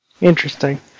Interesting